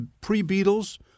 pre-Beatles